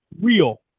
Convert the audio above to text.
real